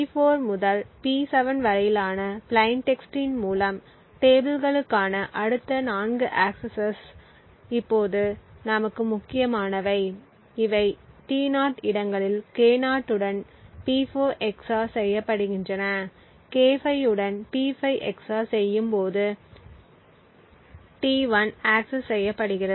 P4 முதல் P7 வரையிலான plain டெக்ஸ்டின் மூலம் டேபிளுக்குக்கான அடுத்த 4 ஆக்கசஸ்கள் இப்போது நமக்கு முக்கியமானவை இவை T0 இடங்களில் K0 உடன் P4 XOR செய்யப்படுகின்றன K5 உடன் P5 XOR செய்யும் போது T1 ஆக்கசஸ் செய்யப்படுகிறது